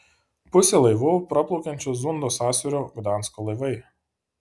pusė laivų praplaukiančių zundo sąsiauriu gdansko laivai